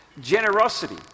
Generosity